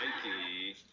Okay